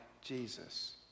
Jesus